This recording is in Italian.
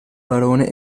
barone